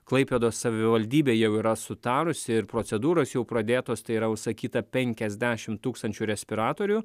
klaipėdos savivaldybė jau yra sutarusi ir procedūros jau pradėtos tai yra užsakyta penkiasdešim tūkstančių respiratorių